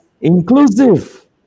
inclusive